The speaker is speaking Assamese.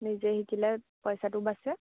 নিজেই শিকিলে পইচাটোও বাচে